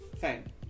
Fine